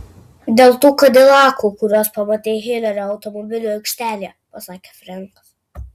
dėl tų kadilakų kuriuos pamatei hilerio automobilių aikštelėje pasakė frenkas